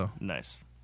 Nice